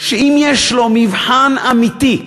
שאם יש לו מבחן אמיתי,